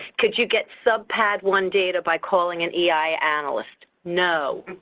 could you get sub-padd one data by calling an eia analyst? no.